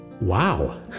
wow